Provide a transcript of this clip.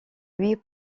huit